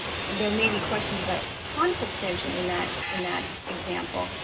there may be questions about conflict preemption in that in that example,